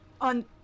On